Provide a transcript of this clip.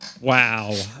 Wow